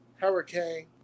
Hurricane